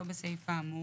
כמשמעותו בסעיף האמור".